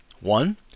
One